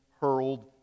hurled